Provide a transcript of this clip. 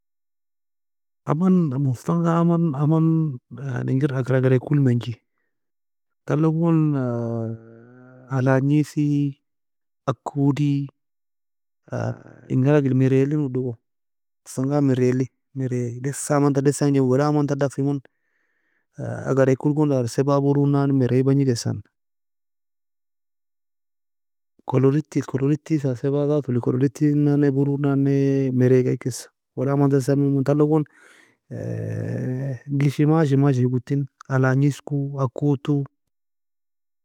Aman مستنقع aman aman يعني ingi agar agarea kol menje, tala gon alagniese, akoodei, enga alag eli, maraie eli odogo, مستنقع maraie eli maraie daesa aman tan daesangje, wala aman tan dafimon, agarea kol gon darin سبعة bro nanne maraie bagnikesa, kolodoti kolodoti ta سبع zateli, kolodoti nanne bro nanne maraiega ekesa, wala aman tan samimo tala gon gishy mashi mashiae koty alagniseko akodtoe.